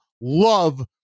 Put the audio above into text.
love